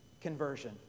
conversion